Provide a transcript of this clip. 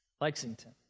Lexington